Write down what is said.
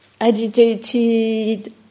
agitated